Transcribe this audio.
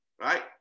right